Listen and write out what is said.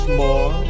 more